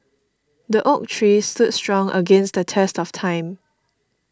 the oak tree stood strong against the test of time